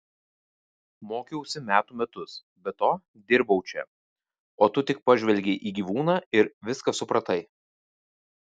mokiausi metų metus be to dirbau čia o tu tik pažvelgei į gyvūną ir viską supratai